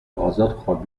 ازاد